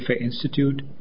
Institute